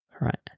right